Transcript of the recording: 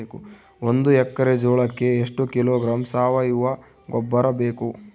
ಒಂದು ಎಕ್ಕರೆ ಜೋಳಕ್ಕೆ ಎಷ್ಟು ಕಿಲೋಗ್ರಾಂ ಸಾವಯುವ ಗೊಬ್ಬರ ಬೇಕು?